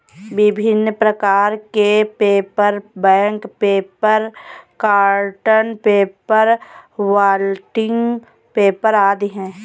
विभिन्न प्रकार के paper, bank paper, cotton paper, blotting paper आदि हैं